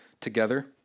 together